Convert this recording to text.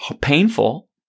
Painful